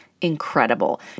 incredible